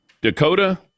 Dakota